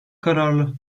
kararlı